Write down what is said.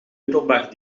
middelbaar